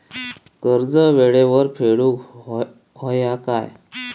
कर्ज येळेवर फेडूक होया काय?